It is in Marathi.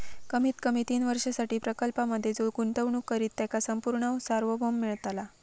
कमीत कमी तीन वर्षांसाठी प्रकल्पांमधे जो गुंतवणूक करित त्याका संपूर्ण सार्वभौम मिळतला